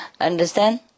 Understand